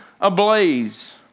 ablaze